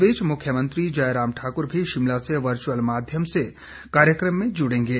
इस बीच मुख्यमंत्री जयराम ठाकुर भी शिमला से वर्चुअल माध्यम से कार्यक्रम में जुड़ेंगे